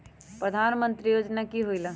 प्रधान मंत्री योजना कि होईला?